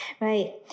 Right